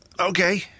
okay